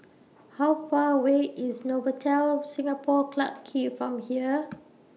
How Far away IS Novotel Singapore Clarke Quay from here